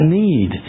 need